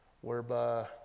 whereby